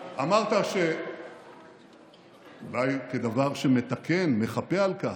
אמרת, אולי כדבר שמתקן, מחפה על כך,